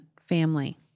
family